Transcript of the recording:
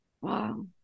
wow